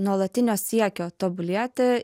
nuolatinio siekio tobulėti